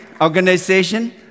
organization